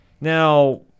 Now